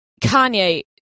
kanye